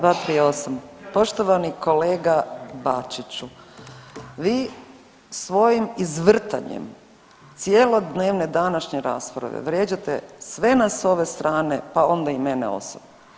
238. poštovani kolega Bačiću, vi svojim izvrtanjem cjelodnevne današnje rasprave vrijeđate sve nas s ove strane pa onda i mene osobno.